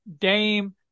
Dame